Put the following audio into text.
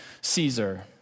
Caesar